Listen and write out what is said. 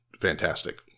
fantastic